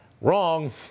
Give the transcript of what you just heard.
Wrong